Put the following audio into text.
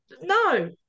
no